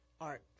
art